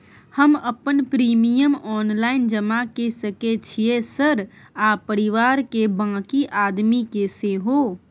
हम अपन premium online जमा के सके छियै सर आ परिवार के बाँकी आदमी के सेहो?